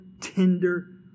tender